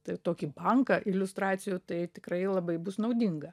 tai tokį banką iliustracijų tai tikrai labai bus naudinga